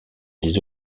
des